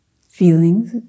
feelings